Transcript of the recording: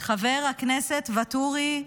חבר הכנסת ואטורי.